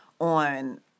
on